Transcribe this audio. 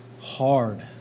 hard